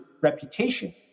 reputation